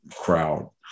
crowd